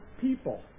people